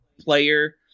player